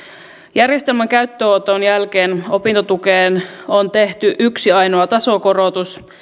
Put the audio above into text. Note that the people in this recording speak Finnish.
järjestelmän käyttöönoton jälkeen opintotukeen on tehty yksi ainoa tasokorotus